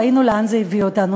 ראינו לאן זה הביא אותנו.